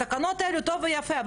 התקנות האלה זה טוב ויפה,